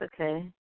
okay